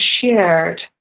shared